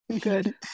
good